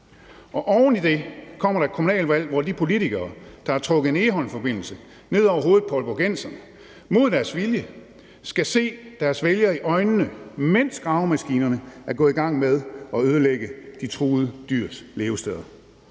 og oveni det kommer der et kommunalvalg, hvor de politikere, der har trukket en Egholmsforbindelse ned over hovedet på aalborgenserne mod deres vilje, skal se deres vælgere i øjnene, mens gravemaskinerne er gået i gang med at ødelægge de truede dyrs levesteder.